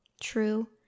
true